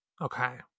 Okay